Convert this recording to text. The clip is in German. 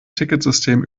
ticketsystem